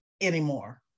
anymore